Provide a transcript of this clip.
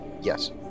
Yes